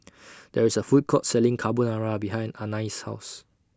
There IS A Food Court Selling Carbonara behind Anais' House